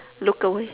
look away